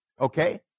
Okay